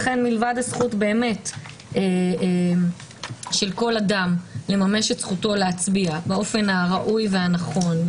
לכן לבד מהזכות של כל אדם לממש את זכותו להצביע באופן הראוי והנכון,